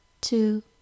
two